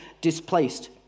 displaced